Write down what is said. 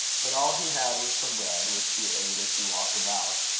but all he had was some bread, which he ate as he walked about.